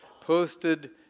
posted